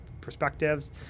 perspectives